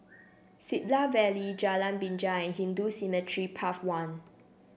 Siglap Valley Jalan Binja and Hindu Cemetery Path one